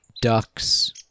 ducks